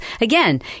again